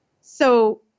So-